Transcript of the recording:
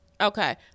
Okay